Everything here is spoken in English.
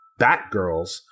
Batgirls